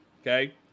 Okay